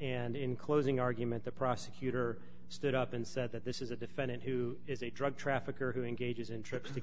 and in closing argument the prosecutor stood up and said that this is a defendant who is a drug trafficker who engages in trips to